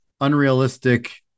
unrealistic